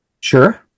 Sure